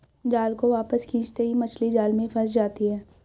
जाल को वापस खींचते ही मछली जाल में फंस जाती है